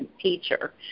teacher